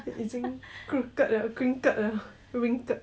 !aiya! don't know lah